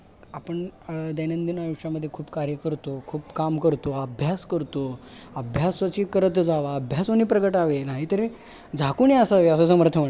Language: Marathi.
आपण दैनंदिन आयुष्यामध्ये खूप कार्य करतो खूप काम करतो अभ्यास करतो अभ्यासची करत जावा अभ्यासोनी प्रगटावे नाहीतरी झाकूनी असावे असं समर्थ म्हणाले